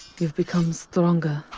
you've become stronger,